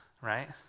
right